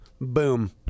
boom